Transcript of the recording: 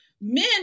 Men